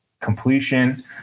completion